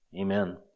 Amen